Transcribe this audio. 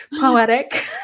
poetic